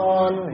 on